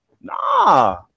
Nah